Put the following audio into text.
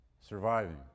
surviving